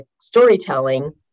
storytelling